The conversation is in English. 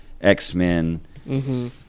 X-Men